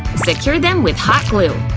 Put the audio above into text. secure them with hot glue.